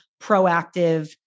proactive